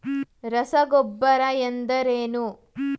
ರಸಗೊಬ್ಬರ ಎಂದರೇನು?